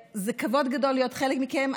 כבוד גדול להיות חלק מכם.